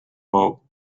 paul